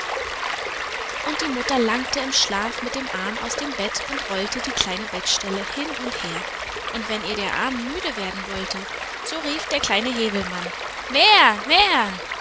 und die mutter langte im schlaf mit dem arm aus dem bett und rollte die kleine bettstelle hin und her und wenn ihr der arm müde werden wollte so rief der kleine häwelmann mehr mehr